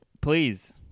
Please